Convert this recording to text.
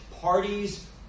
parties